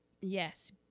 Yes